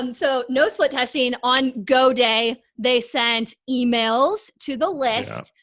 and so no sweat testing on go day, they sent emails to the list.